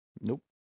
Nope